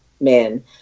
men